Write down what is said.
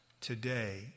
today